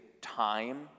time